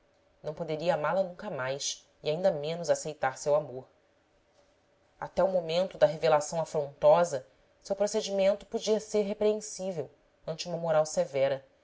não poderia amá-la nunca mais e ainda menos aceitar seu amor até o momento da revelação afrontosa seu procedimento podia ser repreensível ante uma moral severa